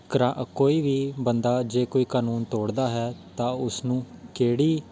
ਕੋਈ ਵੀ ਬੰਦਾ ਜੇ ਕੋਈ ਕਾਨੂੰਨ ਤੋੜਦਾ ਹੈ ਤਾਂ ਉਸਨੂੰ ਕਿਹੜੀ